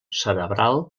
cerebral